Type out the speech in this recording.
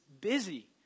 busy